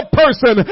person